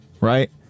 Right